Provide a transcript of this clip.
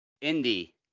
Indy